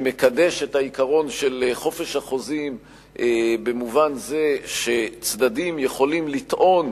שמקדש את העיקרון של חופש החוזים במובן זה שצדדים יכולים לטעון